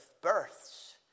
births